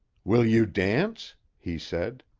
will you dance? he said.